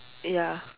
ya